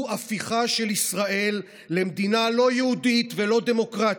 הוא הפיכה של ישראל למדינה לא יהודית ולא דמוקרטית.